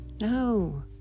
No